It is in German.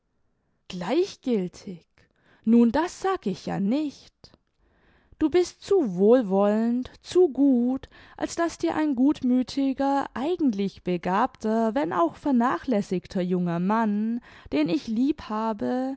gleichgiltig nun das sag ich ja nicht du bist zu wohlwollend zu gut als daß dir ein gutmüthiger eigentlich begabter wenn auch vernachlässigter junger mann den ich lieb habe